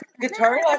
guitar